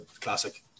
Classic